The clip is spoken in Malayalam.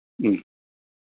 ഉം